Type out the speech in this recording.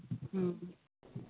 ꯎꯝ